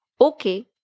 Okay